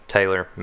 Taylor